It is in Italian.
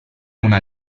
una